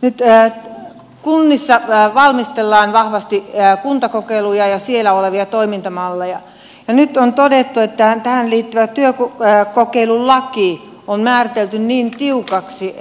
nyt kunnissa valmistellaan vahvasti kuntakokeiluja ja siellä olevia toimintamalleja ja nyt on todettu että tähän liittyvä työkokeilulaki on määritelty niin tiukaksi